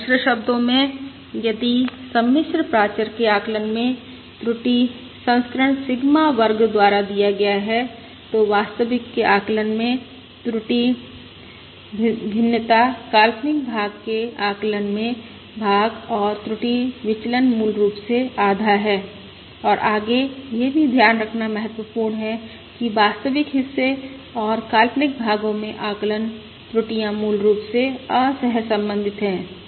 या दूसरे शब्दों में यदि सम्मिश्र प्राचर के आकलन में त्रुटि संस्करण सिग्मा वर्ग द्वारा दिया गया है तो वास्तविक के आकलन में त्रुटि भिन्नता काल्पनिक भाग के आकलन में भाग और त्रुटि विचलन मूल रूप से आधा है और आगे यह भी ध्यान रखना महत्वपूर्ण है कि वास्तविक हिस्से और काल्पनिक भागों में आकलन त्रुटियां मूल रूप से असहसंबंधित हैं